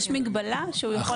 יש מגבלה שהוא יכול